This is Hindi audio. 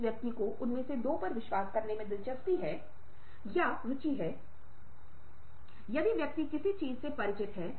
इस जानकारी को आत्मसात करें उन्हें वर्गीकृत करें जैसा कि हमने उन्हें पहले वर्गीकृत करने के बारे में कहा है